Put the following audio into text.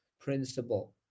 principle